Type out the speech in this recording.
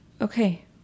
okay